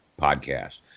podcast